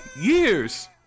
years